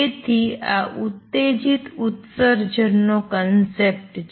તેથી આ ઉત્તેજિત ઉત્સર્જનનો કન્સેપ્ટ છે